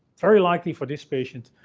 very likely for this patient,